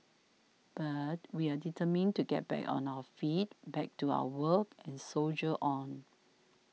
but we are determined to get back on our feet back to our work and soldier on